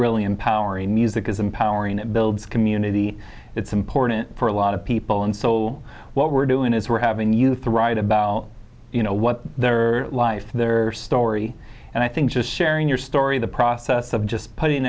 really empowering music is empowering it builds community it's important for a lot of people and so what we're doing is we're having youth write about you know what their life their story and i think just sharing your story the process of just putting